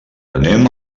anem